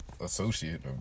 associate